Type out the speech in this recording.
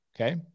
okay